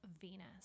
Venus